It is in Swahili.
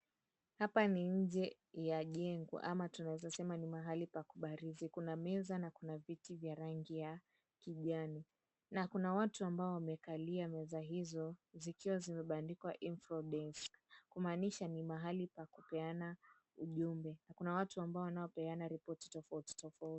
Hapa ni nje ya jengo ama tunaeza sema ni mahali pa kubarizi. Kuna meza na kuna viti vya rangi ya kijani. Na kuna watu ambao wamekalia meza hizo zikiwa zimebandikwa Info Desk. Kumaanisha ni mahali pa kupeana ujumbe. Kuna watu ambao wanaopeana ripoti tofauti tofauti.